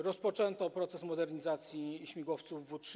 Rozpoczęto proces modernizacji śmigłowców W3.